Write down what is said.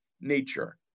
nature